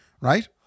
Right